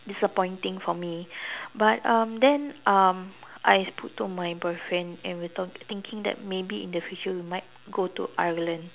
disappointing for me but um then um I spoke to my boyfriend and we thought thinking that maybe in the future we might go to Ireland